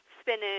spinach